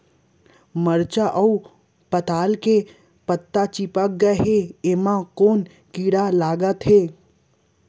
मरचा अऊ पताल के पत्ता चिपक गे हे, एमा कोन कीड़ा लगे है?